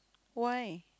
why